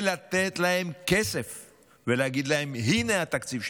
לתת להם כסף ולהגיד להם: הינה התקציב שלכם,